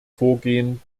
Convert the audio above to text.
vorgehen